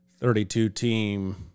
32-team